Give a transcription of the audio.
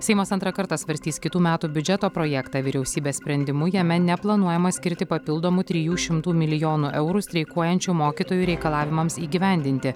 seimas antrą kartą svarstys kitų metų biudžeto projektą vyriausybės sprendimu jame neplanuojama skirti papildomų trijų šimtų milijonų eurų streikuojančių mokytojų reikalavimams įgyvendinti